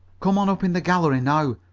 come on up in the gallery now,